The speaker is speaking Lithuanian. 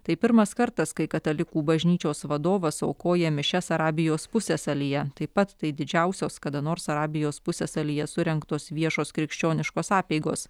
tai pirmas kartas kai katalikų bažnyčios vadovas aukoja mišias arabijos pusiasalyje taip pat tai didžiausios kada nors arabijos pusiasalyje surengtos viešos krikščioniškos apeigos